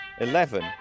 Eleven